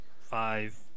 five